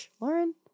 Lauren